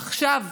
עכשיו,